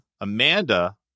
Amanda